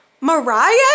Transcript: Mariah